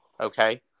okay